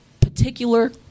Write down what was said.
particular